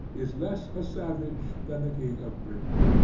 is less a savage than the king of britain.